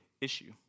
issue